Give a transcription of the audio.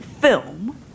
film